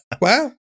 wow